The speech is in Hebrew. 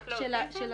של האוטיזם.